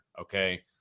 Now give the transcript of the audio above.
okay